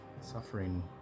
suffering